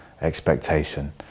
expectation